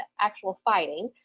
actual fighting,